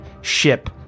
ship